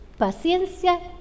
Paciencia